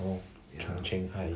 oh chung cheng high